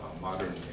modern